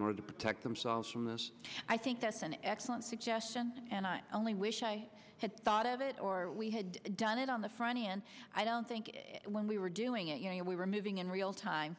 order to protect themselves from this i think that's an excellent suggestion and i only wish i had thought of it or we had done it on the front end i don't think when we were doing it you know we were moving in real time